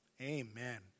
Amen